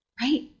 right